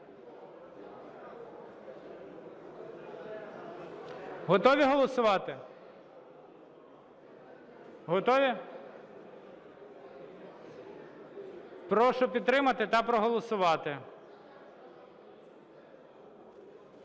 Готові голосувати? Готові. Прошу підтримати та проголосувати.